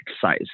size